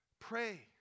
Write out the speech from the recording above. pray